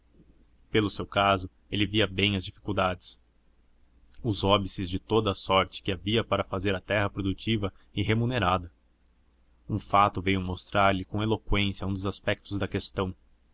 pelo seu caso ele via bem as dificuldades os óbices de toda a sorte que havia para fazer a terra produtiva e remunerada um fato veio mostrar-lhe com eloqüência um dos aspectos da questão